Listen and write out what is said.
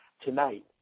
tonight